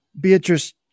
Beatrice